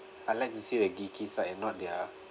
I like to see the geeky side and not their